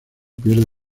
pierde